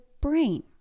brain